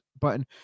button